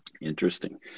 Interesting